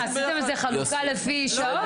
עשיתם חלוקה לפי שעות?